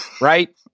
right